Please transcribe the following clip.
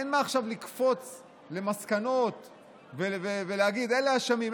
אין מה לקפוץ עכשיו למסקנות ולהגיד: אלה אשמים,